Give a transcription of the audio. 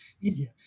easier